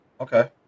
Okay